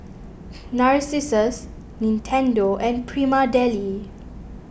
Narcissus Nintendo and Prima Deli